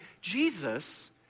Jesus